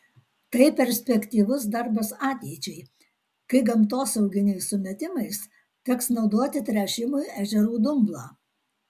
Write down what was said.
tai perspektyvus darbas ateičiai kai gamtosauginiais sumetimais teks naudoti tręšimui ežerų dumblą